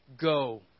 Go